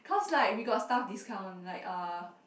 cause like we got staff discount like uh